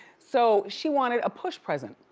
so she wanted a push present,